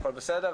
הכול בסדר?